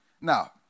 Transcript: Now